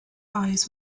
eyes